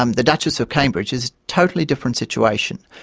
um the duchess of cambridge is totally different situation,